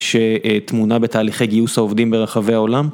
שתמונה בתהליכי גיוס העובדים ברחבי העולם.